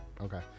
Okay